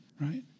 right